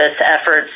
efforts